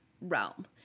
realm